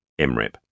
MREP